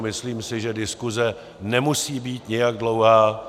Myslím si, že diskuse nemusí být nijak dlouhá.